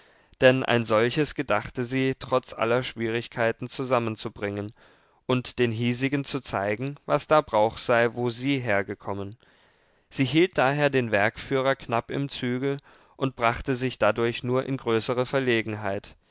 denn ein solches gedachte sie trotz aller schwierigkeiten zusammenzubringen und den hiesigen zu zeigen was da brauch sei wo sie hergekommen sie hielt daher den werkführer knapp im zügel und brachte sich dadurch nur in größere verlegenheit